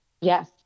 Yes